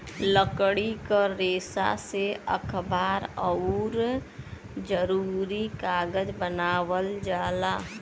लकड़ी क रेसा से अखबार आउर जरूरी कागज बनावल जाला